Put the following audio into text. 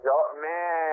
man